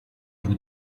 vous